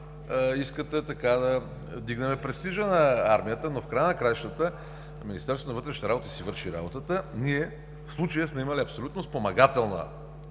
искате да вдигнем престижа на армията, но в края на краищата Министерството на вътрешните работи си върши работата. В случая ние сме имали абсолютно спомагателна